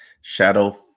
Shadow